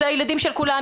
זה הילדים של כולנו,